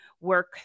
work